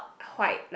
quite like